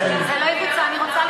זה לא יקרה.